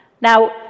Now